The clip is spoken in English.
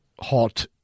hot